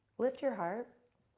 lift your heart,